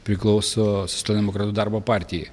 priklauso socialdemokratų darbo partijai